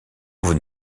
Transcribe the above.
vous